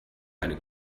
eine